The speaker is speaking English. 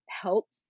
helps